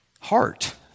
heart